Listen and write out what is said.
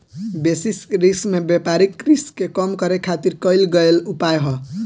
basis risk में व्यापारिक risk के कम करे खातिर कईल गयेल उपाय ह